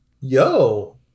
Yo